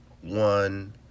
one